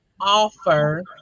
offer